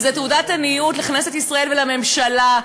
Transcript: וזאת תעודת עניות לכנסת ישראל ולממשלה,